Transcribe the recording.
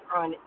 on